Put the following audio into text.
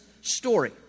story